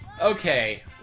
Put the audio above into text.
Okay